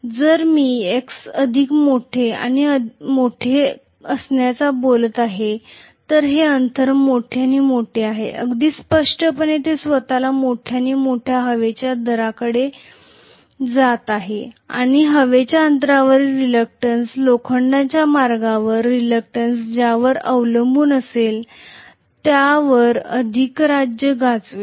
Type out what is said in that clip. जर मी x अधिक मोठे आणि मोठे असण्याबद्दल बोलत असेल तर हे अंतर मोठे आणि मोठे आहे अगदी स्पष्टपणे ते स्वतःला मोठ्या आणि मोठ्या हवेच्या दराकडे जात आहे आणि हवेच्या अंतरावरील रिलक्टंन्स लोखंडाच्या मार्गावरील रिलक्टंन्स ज्यावर अवलंबून असेल त्या वर अधिराज्य गाजवेल